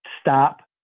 stop